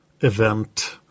event